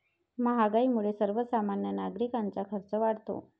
महागाईमुळे सर्वसामान्य नागरिकांचा खर्च वाढतो